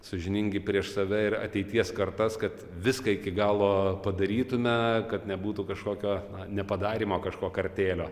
sąžiningi prieš save ir ateities kartas kad viską iki galo padarytume kad nebūtų kažkokio nepadarymo kažko kartėlio